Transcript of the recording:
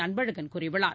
அன்பழகன் கூறியுள்ளார்